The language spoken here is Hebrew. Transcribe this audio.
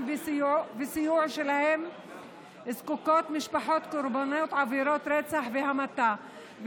וסיוע שלהם זקוקות משפחות קורבנות עבירות רצח והמתה,